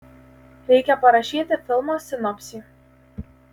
reikia parašyti filmo sinopsį